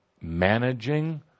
managing